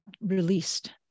released